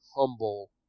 humble